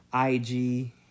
IG